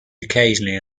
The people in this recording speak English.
occasionally